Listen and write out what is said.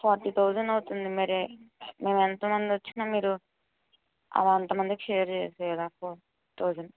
forty thousand అవుతుంది మరే మేము ఎంత మందిమి వచ్చినా మీరు అంత మందికి షేర్ చేసేయాలి ఆ ఫోర్ థౌజండ్